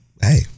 hey